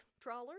Trawler